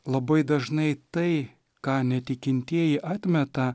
labai dažnai tai ką netikintieji atmeta